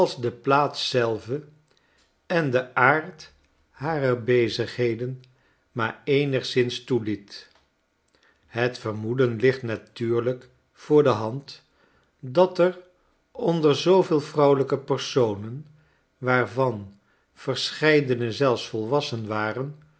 de plaats zelve en de aard harer bezigheden maar eenigszins toeliet het vermoeden ligt natuurlijk voor de hand dat eronder zooveel vrouwelijke personen waarvan verscheidene zelfs volwassen waren